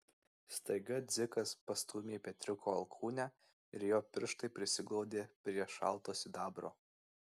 staiga dzikas pastūmė petriuko alkūnę ir jo pirštai prisiglaudė prie šalto sidabro